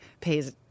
pays